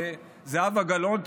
וזהבה גלאון,